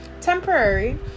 temporary